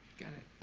got it,